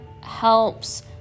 helps